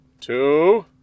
two